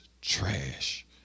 trash